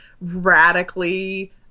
radically